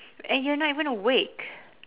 and you're not even awake